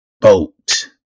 boat